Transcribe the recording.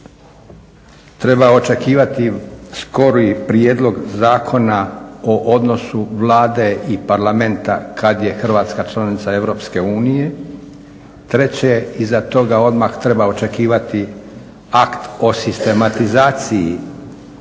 Drugo, treba očekivati skori prijedlog zakona o odnosu Vlade i Parlamenta kada je Hrvatska članica EU. Treće, iza toga odmah treba očekivati akt o sistematizaciji